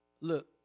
Look